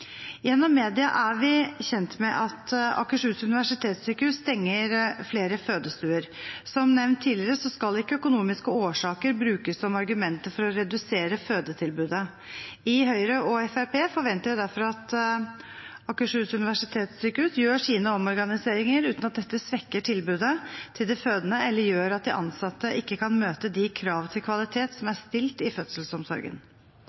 Gjennom media er vi kjent med at Akershus universitetssykehus stenger flere fødestuer. Som nevnt tidligere skal ikke økonomiske årsaker brukes som argument for å redusere fødetilbudet. I Høyre og Fremskrittspartiet forventer vi derfor at Akershus universitetssykehus gjør sine omorganiseringer uten at dette svekker tilbudet til de fødende eller gjør at de ansatte ikke kan møte de krav til kvalitet som